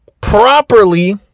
properly